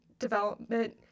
development